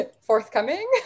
forthcoming